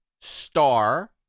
star